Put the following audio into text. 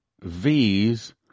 V's